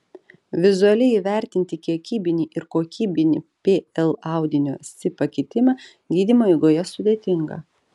vizualiai įvertinti kiekybinį ir kokybinį pl audinio si pakitimą gydymo eigoje sudėtinga